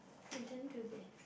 we didn't do this